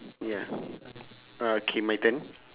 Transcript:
ya uh K my turn